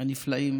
הנפלאים